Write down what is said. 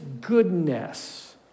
goodness